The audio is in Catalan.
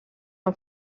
amb